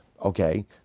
Okay